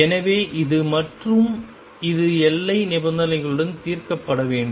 எனவே இது மற்றும் இது எல்லை நிபந்தனைகளுடன் தீர்க்கப்பட வேண்டும்